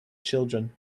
children